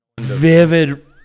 vivid